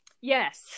yes